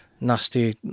nasty